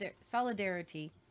solidarity